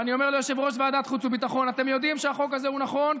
ואני אומר ליושב-ראש ועדת החוץ והביטחון: אתם יודעים שהחוק זה הוא נכון,